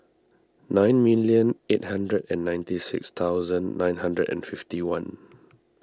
nine million eight hundred and ninety six thousand nine hundred and fifty one